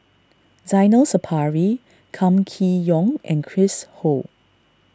Zainal Sapari Kam Kee Yong and Chris Ho